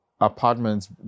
apartments